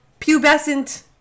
pubescent